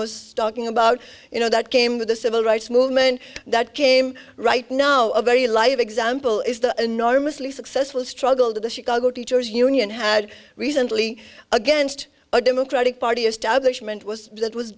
was talking about you know that came with the civil rights movement that came right now a very live example is the enormously successful struggle to the chicago teachers union had recently against a democratic party establishment was that was